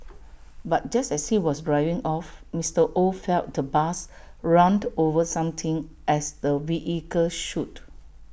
but just as he was driving off Mister oh felt the bus run over something as the vehicle shook